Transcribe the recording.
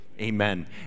amen